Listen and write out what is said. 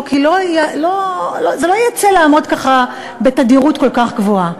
כי לא יצא לעמוד בתדירות כל כך גבוהה.